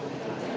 Hvala